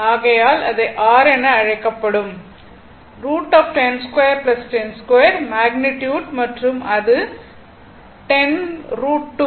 ஆகையால் அதை r என அழைக்கப்படும் √102 102 மேக்னிட்யுட் மற்றும் அது 10 √2